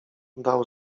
dał